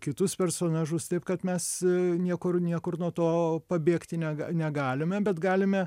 kitus personažus taip kad mes niekur niekur nuo to pabėgti nega negalime bet galime